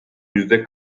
yüzde